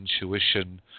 intuition